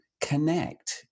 connect